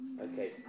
Okay